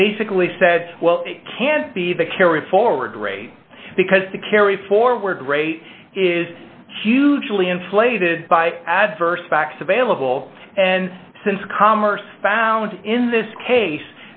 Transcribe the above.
he basically said well it can't be the carry forward rate because the carry forward rate is hugely inflated by adverse facts available since commerce found in this case